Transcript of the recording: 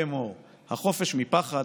לאמור: / החופש מפחד,